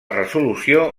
resolució